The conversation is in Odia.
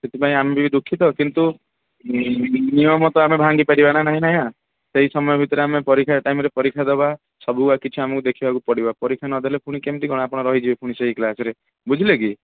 ସେଥିପାଇଁ ଆମେ ବି ଦୁଃଖିତ କିନ୍ତୁ ନିୟମତ ଆମେ ଭାଙ୍ଗିପାରିବ ନାହିଁନା ସେଇ ସମୟ ଭିତରେ ଆମେ ପରୀକ୍ଷା ଟାଇମରେ ପରୀକ୍ଷା ଦେବା ସବୁ କିଛି ଆମକୁ ଦେଖିବାକୁ ପଡ଼ିବ ପରୀକ୍ଷା ନଦେଲେ ପୁଣି କେମିତି କ'ଣ ଆପଣ ରହିଯିବେ ପୁଣି ସେଇ କ୍ଲାସରେ ବୁଝିଲେ କି